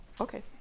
Okay